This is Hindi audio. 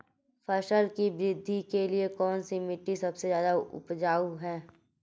फसल की वृद्धि के लिए कौनसी मिट्टी सबसे ज्यादा उपजाऊ है?